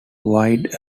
wide